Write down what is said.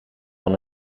van